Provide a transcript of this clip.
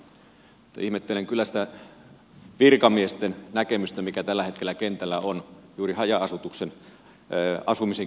ihmettelen kyllä sitä virkamiesten näkemystä mikä tällä hetkellä kentällä on juuri haja asumisen kieltämisessä